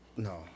No